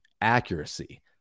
accuracy